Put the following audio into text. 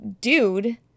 dude